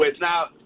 now